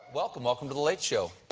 welcome, welcome to the late show.